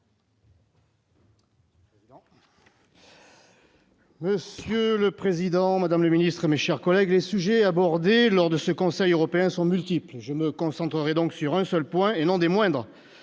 Monsieur le Président, Madame le Ministre, mes chers collègues, les sujets abordés lors de ce Conseil européen sont multiples : je me concentre donc sur un seul point et non des moindres,